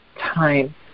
time